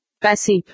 Passive